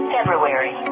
February